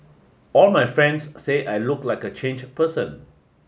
all my friends say I look like a changed person